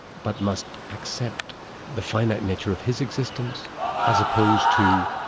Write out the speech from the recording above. but must accept the finite nature of his existence as opposed to,